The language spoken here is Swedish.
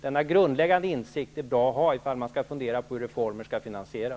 Denna grundläggande insikt är bra att ha om man skall fundera på hur reformer skall finansieras.